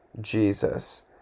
Jesus